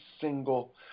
single